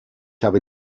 habe